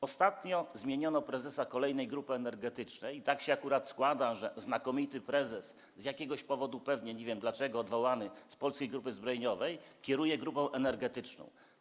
Ostatnio zmieniono prezesa kolejnej grupy energetycznej i tak się akurat składa, że znakomity prezes, pewnie z jakiegoś powodu, nie wiem dlaczego, odwołany z Polskiej Grupy Zbrojeniowej, kieruje grupą energetyczną.